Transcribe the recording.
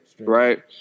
Right